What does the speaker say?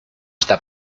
está